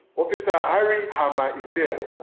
officer harry hama is there.